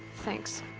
thanks.